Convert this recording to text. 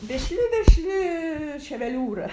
vešli vešli ševeliūra